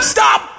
Stop